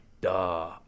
duh